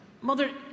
mother